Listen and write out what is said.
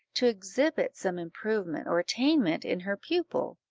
to exhibit some improvement or attainment in her pupil,